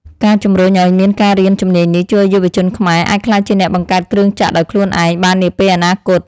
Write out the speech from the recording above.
ការជំរុញឱ្យមានការរៀនជំនាញនេះជួយឱ្យយុវជនខ្មែរអាចក្លាយជាអ្នកបង្កើតគ្រឿងចក្រដោយខ្លួនឯងបាននាពេលអនាគត។